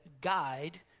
guide